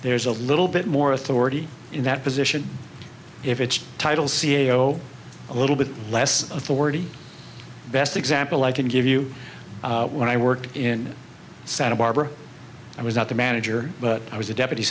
there's a little bit more authority in that position if it's a title c e o a little bit less authority best example i can give you when i worked in santa barbara i was not the manager but i was the deputy